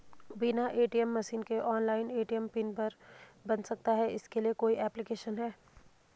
बिना ATM machine के online ATM pin बन सकता है इसके लिए कोई ऐप्लिकेशन है?